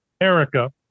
Erica